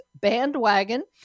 bandwagon